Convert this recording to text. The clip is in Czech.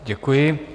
Děkuji.